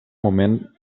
moment